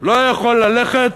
לא יכול ללכת